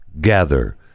gather